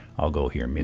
i'll go here, i mean